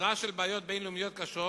סדרה של בעיות בין-לאומיות קשות,